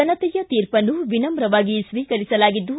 ಜನತೆಯ ತೀರ್ಪನ್ನು ವಿನವುವಾಗಿ ಸ್ವೀಕರಿಸಲಾಗಿದ್ದು